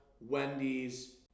Wendy's